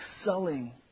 excelling